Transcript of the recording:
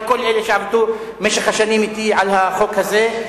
לכל אלה שעבדו אתי במשך השנים על החוק הזה,